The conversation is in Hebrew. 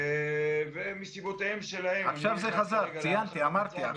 והם מסיבותיהם שלהם --- עכשיו זה חזר.